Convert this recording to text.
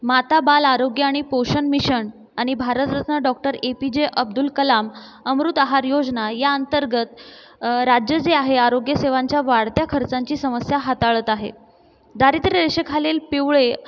माता बालआरोग्य आणि पोषण मिशन आणि Bharat Ratna doctor A P J Abdul Kalam अमृत आहार योजना या अंतर्गत राज्य जे आहे आरोग्य सेवांच्या वाढत्या खर्चांची समस्या हाताळत आहे दारिद्र्यरेषेखालील पिवळे